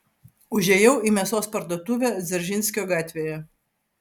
užėjau į mėsos parduotuvę dzeržinskio gatvėje